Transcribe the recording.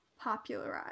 popularized